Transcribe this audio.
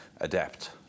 adapt